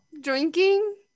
drinking